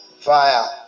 Fire